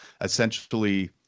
essentially